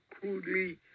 crudely